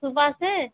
सुबह से